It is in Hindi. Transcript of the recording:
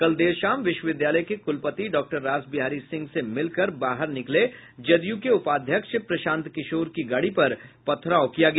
कल देर शाम विश्वविद्यालय के कुलपति डाक्टर रास बिहारी सिंह से मिलकर बाहर निकले जदयू के उपाध्यक्ष प्रशांत किशोर की गाड़ी पर पथराव किया गया